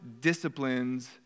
disciplines